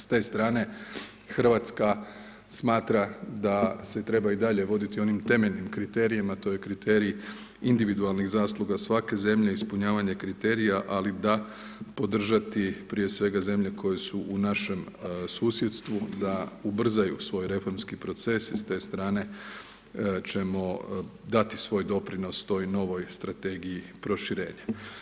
S te strane Hrvatska smatra da se treba i dalje voditi onim temeljnim kriterijima, a to je kriterij individualnih zasluga svake zemlje, ispunjavanje kriterija ali podržati prije svega zemlje koje su u našem susjedstvu da ubrzaju svoj reformski proces i s te strane ćemo dati svoj doprinos toj novoj Strategiji proširenja.